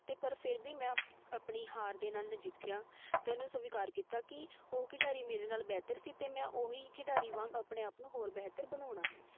ਅਤੇ ਪਰ ਫਿਰ ਵੀ ਮੈਂ ਆਪਣੀ ਹਾਰ ਦੇ ਨਾਲ ਨਜਿੱਠਿਆ ਅਤੇ ਉਹਨੂੰ ਸਵੀਕਾਰ ਕੀਤਾ ਕਿ ਉਹ ਖਿਡਾਰੀ ਮੇਰੇ ਨਾਲ ਬਿਹਤਰ ਸੀ ਅਤੇ ਮੈਂ ਉਹੀ ਖਿਡਾਰੀ ਵਾਂਗ ਆਪਣੇ ਆਪ ਨੂੰ ਹੋਰ ਬਿਹਤਰ ਬਣਾਉਣਾ ਹੈ